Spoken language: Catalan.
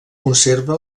conserva